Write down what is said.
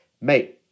mate